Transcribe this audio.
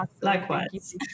Likewise